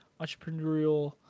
entrepreneurial